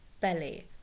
belly